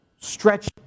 Stretch